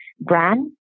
brand